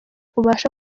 ubasha